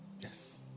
yes